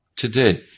Today